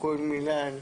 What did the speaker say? כל מילה שאסתר אמרה.